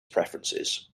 preferences